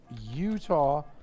Utah